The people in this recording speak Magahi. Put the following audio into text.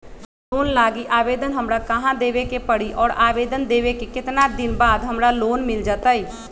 लोन लागी आवेदन हमरा कहां देवे के पड़ी और आवेदन देवे के केतना दिन बाद हमरा लोन मिल जतई?